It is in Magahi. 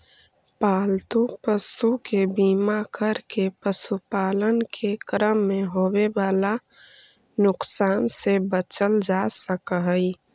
पालतू पशु के बीमा करके पशुपालन के क्रम में होवे वाला नुकसान से बचल जा सकऽ हई